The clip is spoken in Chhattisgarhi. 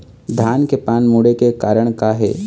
धान के पान मुड़े के कारण का हे?